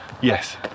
Yes